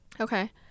Okay